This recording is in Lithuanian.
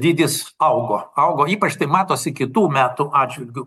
dydis augo augo ypač tai matosi kitų metų atžvilgiu